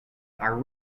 are